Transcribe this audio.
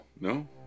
No